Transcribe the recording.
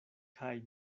kaj